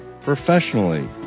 professionally